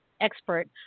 expert